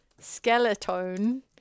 skeleton